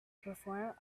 perform